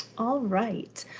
all right.